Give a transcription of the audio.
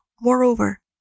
moreover